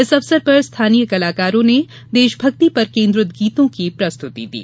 इस अवसर पर स्थानीय कलाकारो ने देशभक्ति पर केन्द्रित गीतों की प्रस्तुति दी